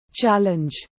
challenge